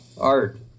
Art